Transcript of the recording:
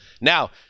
Now